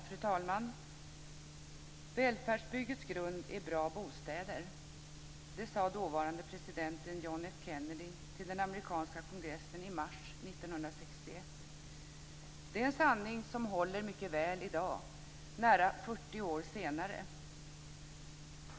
Fru talman! Välfärdsbyggets grund är bra bostäder. Det sade dåvarande presidenten John F Kennedy till den amerikanska kongressen i mars 1961. Det är en sanning som håller mycket väl i dag, nära 40 år senare.